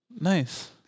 Nice